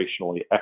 operationally